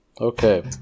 Okay